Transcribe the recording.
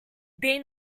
been